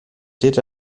did